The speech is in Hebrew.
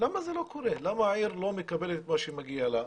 ולמה העיר לא מקבלת את מה שמגיע לה.